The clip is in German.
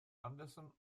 andersson